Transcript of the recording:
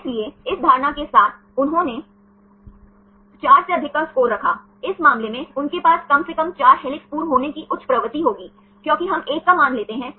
यह bond length को परिभाषित करेगा सही बॉन्ड लेंथ को परिभाषित करने के लिए कितने परमाणुओं की आवश्यकता होती है